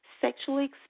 sexually